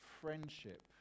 friendship